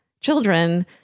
children